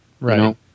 Right